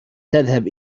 تذهب